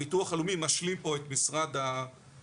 הביטוח הלאומי משלים פה את משרד הפנים